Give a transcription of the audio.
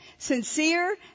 Sincere